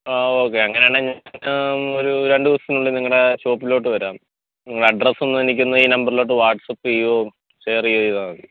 ആ ഓക്കേ അങ്ങനെയാണേൽ ഒരു രണ്ട് ദിവസത്തിനുള്ളിൽ നിങ്ങളുടെ ഷോപ്പിലോട്ട് വരാം അഡ്രസ്സൊന്ന് എനിക്കൊന്ന് ഈ നമ്പറിലോട്ട് വാട്ട്സപ്പ് ചെയ്യോ ഷെയർ ചെയ്യോ ചെയ്താൽ മതി